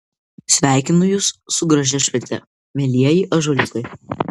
sveikinu jus su gražia švente mielieji ąžuoliukai